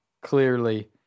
clearly